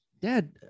Dad